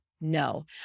no